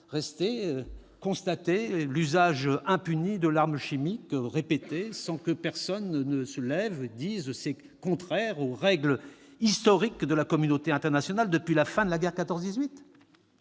là, à constater l'usage répété impuni de l'arme chimique sans que personne se lève et dise que c'est contraire aux règles historiques de la communauté internationale depuis la fin de la guerre de 14-18 ?